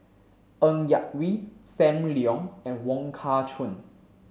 Ng Yak Whee Sam Leong and Wong Kah Chun